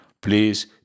please